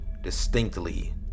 distinctly